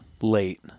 late